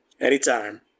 anytime